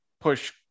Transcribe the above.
push